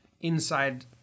inside